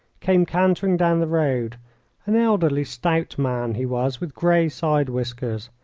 came cantering down the road an elderly, stout man he was, with grey side-whiskers.